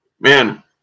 man